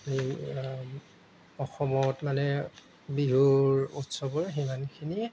অসমত মানে বিহুৰ উৎসৱৰ সিমানখিনিয়ে